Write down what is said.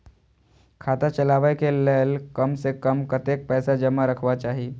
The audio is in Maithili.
खाता चलावै कै लैल कम से कम कतेक पैसा जमा रखवा चाहि